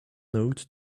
note